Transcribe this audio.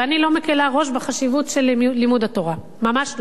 ואני לא מקלה ראש בחשיבות של לימוד התורה, ממש לא.